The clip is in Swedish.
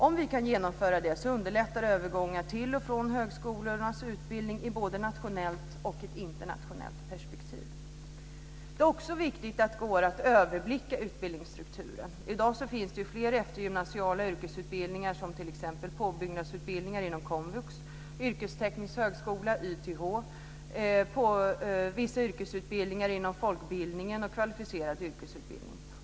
Om vi kan genomföra det underlättar det övergången till och från högskolornas utbildning i ett både nationellt och internationellt perspektiv. Det är också viktigt att det går att överblicka utbildningsstrukturen. I dag finns det fler eftergymnasiala yrkesutbildningar, som t.ex. påbyggnadsutbildningar inom komvux, yrkesteknisk högskola, YTH, vissa yrkesutbildningar inom folkbildningen och kvalificerad yrkesutbildning.